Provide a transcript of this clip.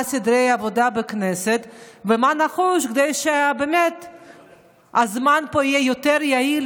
מה סדרי העבודה בכנסת ומה נחוץ כדי שהזמן פה יהיה יותר יעיל,